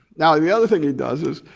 now, the other thing he does is,